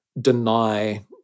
deny